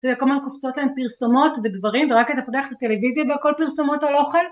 כמובן קופצות להם פרסומות ודברים ורק אתה פותח את הטלוויזיה והכל פרסומות על אוכל